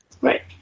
Right